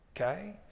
okay